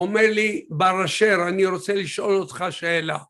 אומר לי בר אשר, אני רוצה לשאול אותך שאלה.